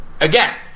again